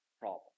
problem